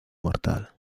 mortal